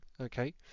okay